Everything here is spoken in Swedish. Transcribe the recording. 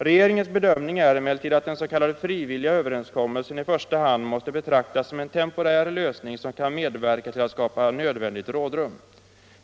Regeringens bedömning är emellertid att den s.k. frivilliga överenskommelsen i första hand måste betraktas som en temporär lösning som kan medverka till att skapa nödvändigt rådrum.